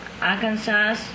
Arkansas